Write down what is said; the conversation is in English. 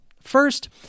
First